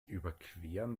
überqueren